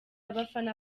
abafana